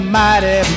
mighty